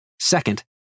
Second